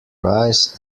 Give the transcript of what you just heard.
rise